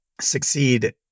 succeed